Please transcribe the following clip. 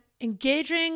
Engaging